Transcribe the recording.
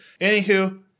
Anywho